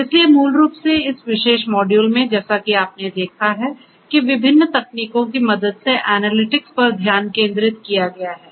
इसलिए मूल रूप से इस विशेष मॉड्यूल में जैसा कि आपने देखा है कि विभिन्न तकनीकों की मदद से एनालिटिक्स पर ध्यान केंद्रित किया गया है